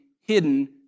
hidden